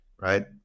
Right